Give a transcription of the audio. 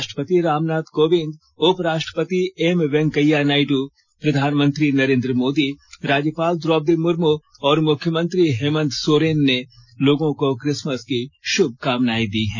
राष्ट्रपति रामनाथ कोविंद उपराष्ट्रपति एम वैंकया नायडू प्रधानमंत्री नरेंद्र मोदी राज्यपाल द्रौपदी मुर्मू और मुख्यमंत्री हेमंत सोरेन ने लोगों को क्रिसमस की शुभकामनाएं दी है